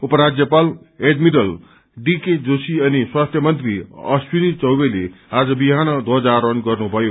उपराञ्यपाल admiral D K Joshi अनि स्वास्थ्य मन्त्री अश्विनी चौवेले आज विहान ध्वजारोहण गर्नुभयो